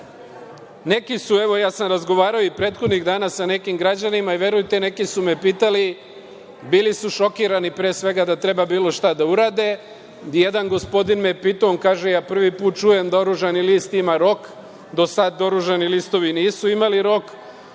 loša. Neki su, evo, ja sam razgovarao i prethodnih dana sa nekim građanima i, verujte, neki su me pitali, bili su šokirani pre svega da treba bilo šta da urade. Jedan gospodin kaže – ja prvi put čujem da oružani list ima rok, do sada oružani listovi nisu imali rok.